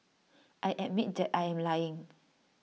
I admit that I am lying